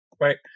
right